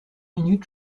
minutes